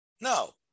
no